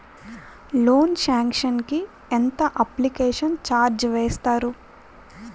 Loan sanction కి ఎంత application charge వేస్తారు?